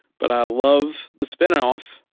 but i love the spinoff,